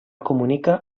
comunica